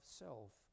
self